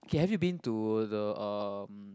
K have to been to the um